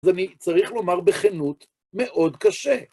אז אני צריך לומר בכנות, מאוד קשה.